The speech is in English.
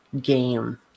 game